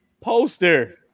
poster